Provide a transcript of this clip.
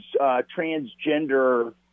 transgender